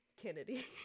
Kennedy